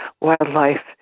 wildlife